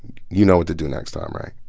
you know what to do next time, right?